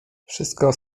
wszystko